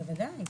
בוודאי,